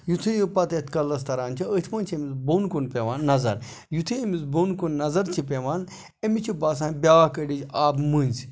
یُتھُے یہِ پَتہٕ یَتھ کَلَس تَران چھِ أتھۍ منٛزۍ چھِ أمِس بۄن کُن پیٚوان نَظر یُتھُے أمِس بۄن کُن نظر چھِ پیٚوان أمِس چھِ باسان بیٛاکھ أڑِچ آبہٕ مٔنٛزۍ